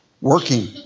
working